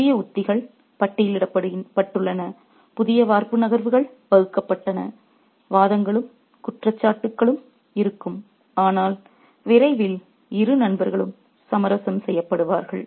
'புதிய உத்திகள் பட்டியலிடப்பட்டுள்ளன புதிய வார்ப்பு நகர்வுகள் வகுக்கப்பட்டன வாதங்களும் குற்றச்சாட்டுகளும் இருக்கும் ஆனால் விரைவில் இரு நண்பர்களும் சமரசம் செய்யப்படுவார்கள்